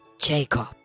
Jacob